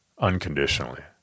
unconditionally